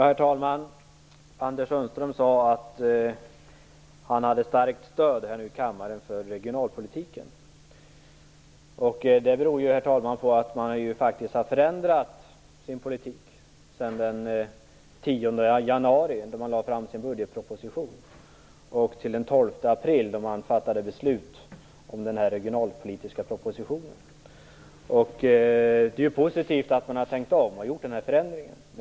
Herr talman! Anders Sundström sade att han nu har ett starkt stöd i kammaren för regionalpolitiken. Det beror på att man har förändrat sin politik från den 12 april då beslut fattades om den regionalpolitiska propositionen. Det är positivt att man har tänkt om och att man har gjort den här förändringen.